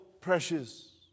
precious